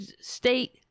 state